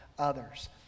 others